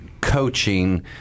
coaching